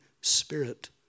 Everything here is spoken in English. Spirit